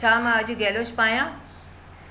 छा मां अॼु गैलोश पायां